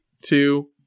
two